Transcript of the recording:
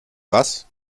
was